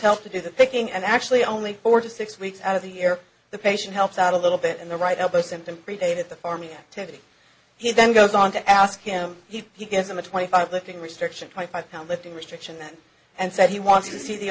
help to do the picking and actually only four to six weeks out of the air the patient helps out a little bit and the right elbow symptom predated the farming activity he then goes on to ask him he gives him a twenty five lifting restriction twenty five pounds lifting restrictions and said he wants to see the